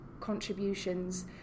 contributions